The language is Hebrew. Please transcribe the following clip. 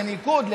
בניגוד,